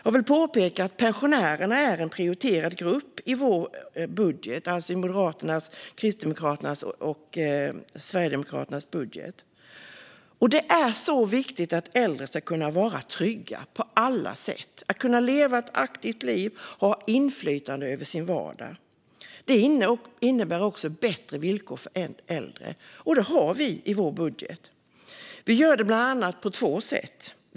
Jag vill påpeka att pensionärerna är en prioriterad grupp i Moderaternas, Kristdemokraternas och Sverigedemokraternas budget. Det är så viktigt att äldre ska kunna vara trygga på alla sätt - att de ska kunna leva ett aktivt liv och ha inflytande över sin vardag. Det innebär också bättre villkor för äldre, och det har vi i vår budget. Vi gör det bland annat på två sätt.